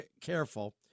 careful